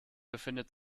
befindet